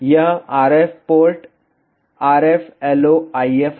यह RF port RF LO IF है